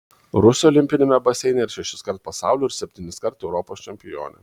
rusė olimpiniame baseine ir šešiskart pasaulio ir septyniskart europos čempionė